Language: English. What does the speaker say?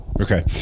Okay